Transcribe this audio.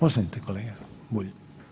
Ostanite kolega Bulj.